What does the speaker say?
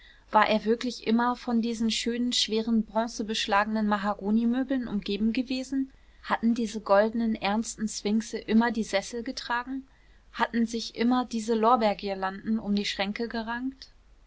war er wirklich immer von diesen schönen schweren bronzebeschlagenen mahagonimöbeln umgeben gewesen hatten diese goldenen ernsten sphinxe immer die sessel getragen hatten sich immer diese lorbeergirlanden um die schränke gerankt